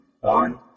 one